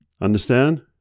Understand